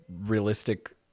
realistic